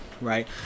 right